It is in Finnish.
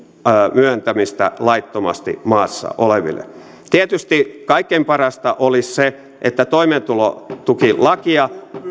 myöntämistä laittomasti maassa oleville tietysti kaikkein parasta olisi se että toimeentulotukilakia